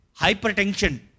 Hypertension